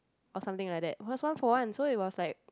or something like that was one for one so it was like